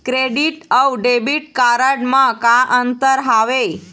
Credit अऊ debit card म का अंतर हावे?